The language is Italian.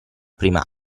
prima